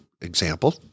example